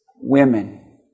women